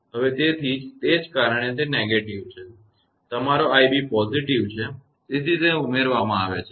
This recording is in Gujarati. હવે તેથી જ તે જ કારણે તે negative છે તમારો 𝑖𝑏 positive છે તેથી તે ઉમેરવામાં આવે છે